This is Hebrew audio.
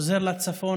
חוזר לצפון,